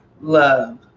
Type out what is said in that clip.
love